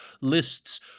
lists